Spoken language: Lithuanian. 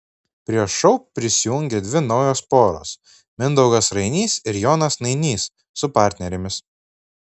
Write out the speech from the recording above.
prie šou prisijungė dvi naujos poros mindaugas rainys ir jonas nainys su partnerėmis